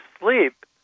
sleep